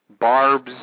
Barb's